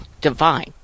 divine